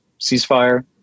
ceasefire